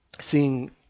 seeing